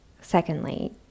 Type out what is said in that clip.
Secondly